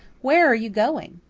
where are you going?